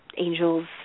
angels